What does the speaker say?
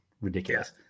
ridiculous